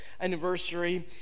anniversary